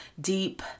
deep